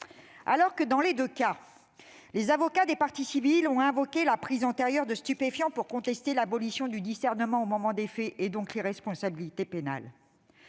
pénale. Dans les deux cas, les avocats des parties civiles ont invoqué la prise antérieure de stupéfiants pour contester l'abolition du discernement au moment des faits et donc l'irresponsabilité pénale.